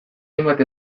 hainbat